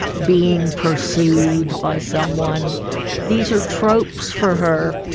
being pursued by someone these are tropes for her.